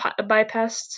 bypassed